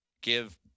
Give